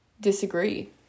disagree